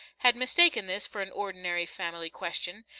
had mistaken this for an ordinary family question.